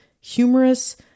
humorous